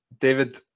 David